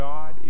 God